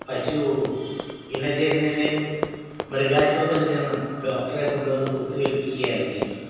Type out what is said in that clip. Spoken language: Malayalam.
പശു ഇണചേരുന്നതിനെ മൃഗാശുപത്രിയിൽ നിന്നും ഡോക്ടറെ കൊണ്ടുവന്ന് കുത്തിവയ്പ്പിക്കുകയാണ് ചെയ്യുന്നത്